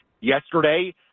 yesterday